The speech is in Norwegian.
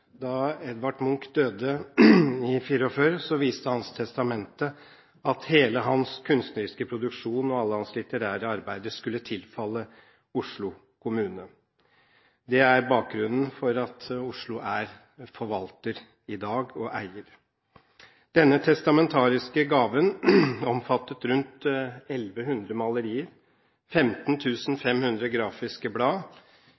da Edvard Munch døde i 1944, viste hans testamente at hele hans kunstneriske produksjon og alle hans litterære arbeider skulle tilfalle Oslo kommune. Det er bakgrunnen for at Oslo er forvalter og eier i dag. Denne testamentariske gaven omfattet rundt 1 100 malerier,